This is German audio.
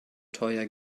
teuer